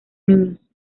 niños